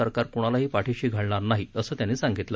सरकार कोणालाही पाठीशी घालणार नाही असं त्यांनी सांगितलं